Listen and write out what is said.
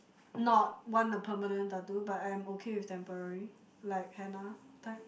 not want a permanent tattoo but I'm okay with temporary like henna type